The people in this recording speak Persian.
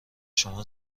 شما